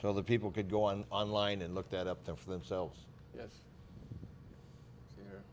so that people could go on online and looked at up there for themselves yes